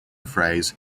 phrase